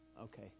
Okay